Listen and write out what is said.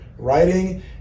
writing